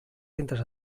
centres